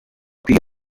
kwiga